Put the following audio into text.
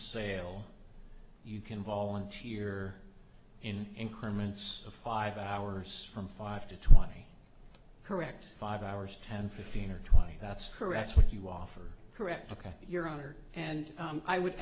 sale you can volunteer in increments of five hours from five to twenty correct five hours ten fifteen or twenty that's correct what you offer correct ok your honor and i would